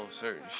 certain